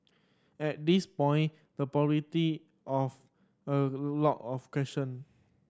at this point the of a lot of question